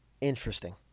Interesting